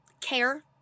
care